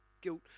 guilt